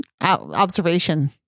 observation